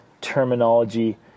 terminology